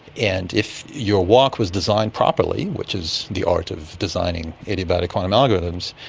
and if your walk was designed properly, which is the art of designing adiabatic quantum algorithms,